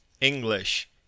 English